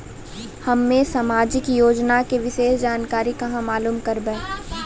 हम्मे समाजिक योजना के विशेष जानकारी कहाँ मालूम करबै?